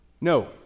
No